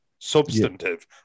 Substantive